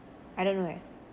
I don't know eh